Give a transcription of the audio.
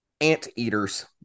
Anteaters